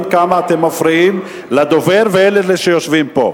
כמה אתם מפריעים לדובר ולאלה שיושבים פה.